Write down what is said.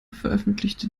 veröffentlichte